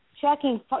Checking